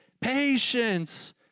patience